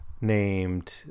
named